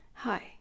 Hi